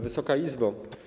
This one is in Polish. Wysoka Izbo!